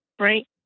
Right